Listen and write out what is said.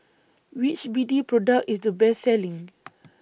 Which B D Product IS The Best Selling